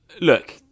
Look